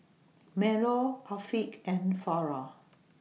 Melur Afiq and Farah